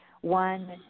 One